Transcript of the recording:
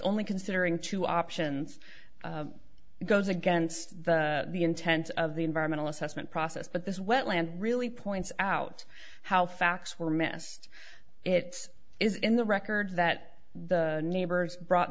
only considering two options goes against the intent of the environmental assessment process but this wetland really points out how facts were messed it is in the records that the neighbors brought